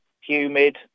humid